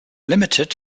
limited